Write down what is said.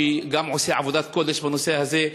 שגם עושה עבודת קודש בנושא הזה,